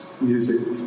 music